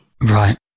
Right